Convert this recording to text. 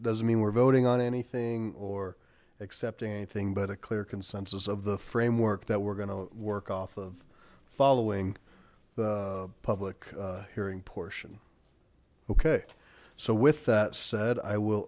doesn't mean we're voting on anything or accepting anything but a clear consensus of the framework that we're going to work off of following the public hearing portion ok so with that said i will